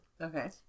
Okay